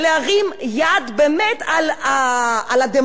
על הדמוקרטיה הישראלית כבר ממדרגה ראשונה,